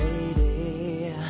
lady